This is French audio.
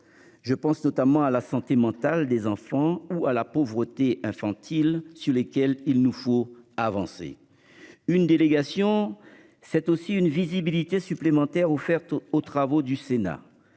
Je pense notamment à la santé mentale des enfants ou à la pauvreté infantile sur lesquels il nous faut avancer. Une délégation. C'est aussi une visibilité supplémentaire offerte aux travaux du Sénat.